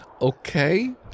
Okay